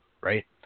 right